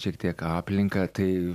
šiek tiek aplinką tai